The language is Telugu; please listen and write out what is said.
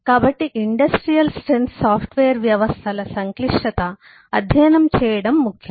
కాబట్టి ఇండస్ట్రియల్ స్ట్రెంత్ సాఫ్ట్వేర్ వ్యవస్థల సంక్లిష్టత అధ్యయనం చేయడం ముఖ్యం